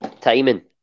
timing